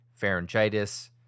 pharyngitis